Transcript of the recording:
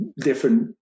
different